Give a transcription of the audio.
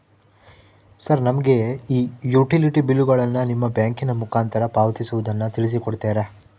Sir ನಮಗೆ ಈ utility ಬಿಲ್ಲುಗಳನ್ನು ನಿಮ್ಮ ಬ್ಯಾಂಕಿನ ಮುಖಾಂತರ ಪಾವತಿಸುವುದನ್ನು ತಿಳಿಸಿ ಕೊಡ್ತೇರಾ?